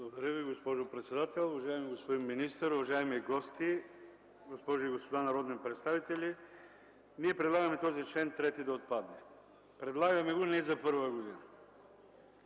Уважаеми господин министър, уважаеми гости, госпожи и господа народни представители! Ние предлагаме този чл. 3 да отпадне. Предлагаме го не за първа година.